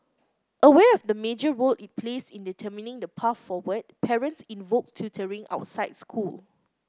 aware of the major role it plays in determining the path forward parents invoke tutoring outside school